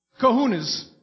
kahunas